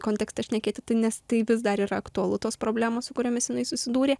kontekste šnekėti nes tai vis dar yra aktualu tos problemos su kuriomis jinai susidūrė